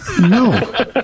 No